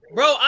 Bro